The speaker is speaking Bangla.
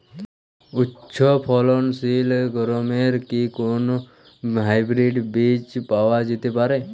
উচ্চ ফলনশীল গমের কি কোন হাইব্রীড বীজ পাওয়া যেতে পারে?